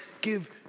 give